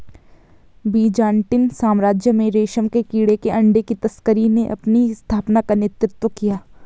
Byzantine साम्राज्य में रेशम के कीड़े के अंडे की तस्करी ने अपनी स्थापना का नेतृत्व किया